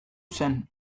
zen